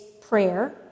prayer